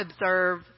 observe